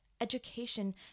education